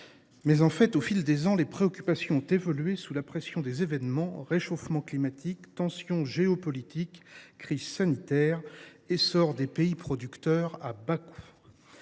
En réalité, au fil des ans, les préoccupations ont évolué sous la pression des événements : réchauffement climatique, tensions géopolitiques, crise sanitaire, essor des pays producteurs à bas coûts…